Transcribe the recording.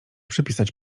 przypisać